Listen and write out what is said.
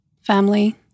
family